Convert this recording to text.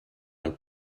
del